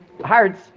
hearts